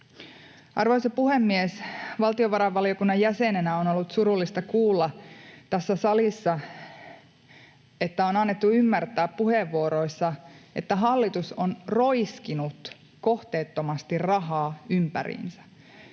Arvoisa puhemies! Valtiovarainvaliokunnan jäsenenä on ollut surullista kuulla tässä salissa, että on annettu ymmärtää puheenvuoroissa, että hallitus on roiskinut kohteettomasti rahaa ympäriinsä.